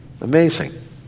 Amazing